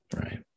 right